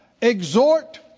Exhort